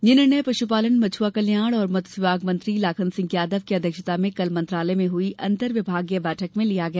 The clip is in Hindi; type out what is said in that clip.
यह निर्णय पश्पालन मछ्आ कल्याण और मत्स्य विकास मंत्री लाखन सिंह यादव की अध्यक्षता में कल मंत्रालय में हुई अन्तर्विभागीय बैठक में लिया गया